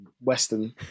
western